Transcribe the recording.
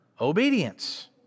obedience